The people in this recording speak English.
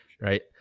right